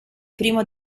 primo